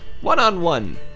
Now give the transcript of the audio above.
One-on-one